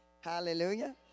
Hallelujah